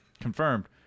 Confirmed